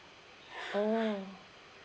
mm